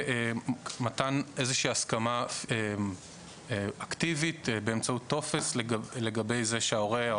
ומתן איזושהי הסכמה אקטיבית באמצעות טופס לגבי זה שההורה או